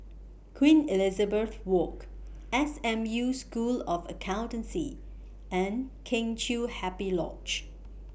Queen Elizabeth Walk S M U School of Accountancy and Kheng Chiu Happy Lodge